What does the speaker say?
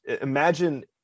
Imagine